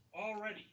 already